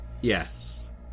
Yes